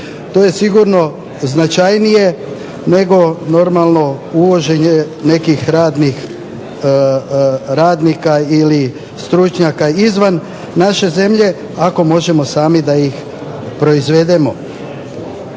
To je sigurno značajnije nego normalno uvoženje nekih radnih radnika ili stručnjaka izvan naše zemlje, ako možemo sami da ih proizvedemo.